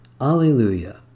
Alleluia